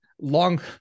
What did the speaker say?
long